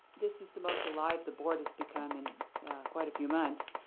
this is the most alive the board has become in quite a few months.